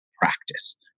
practice